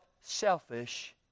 selfish